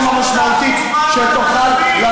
הרגשנו את 1% המע"מ על המדפים.